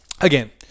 again